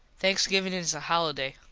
thanksgivin is a holiday.